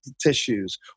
tissues